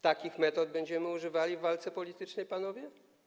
Takich metod będziemy używali w walce politycznej, panowie?